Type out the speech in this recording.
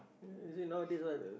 you see nowadays right